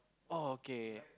okay